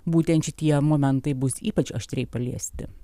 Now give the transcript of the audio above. būtent šitie momentai bus ypač aštriai paliesti